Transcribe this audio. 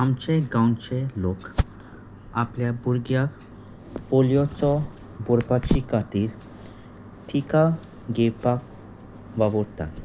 आमचे गांवचे लोक आपल्या भुरग्याक पोलियोचो बरपाची खातीर टिका घेवपाक वावुरतात